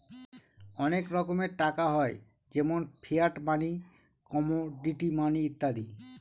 অনেক রকমের টাকা হয় যেমন ফিয়াট মানি, কমোডিটি মানি ইত্যাদি